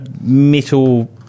metal